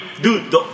dude